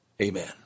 Amen